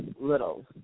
Little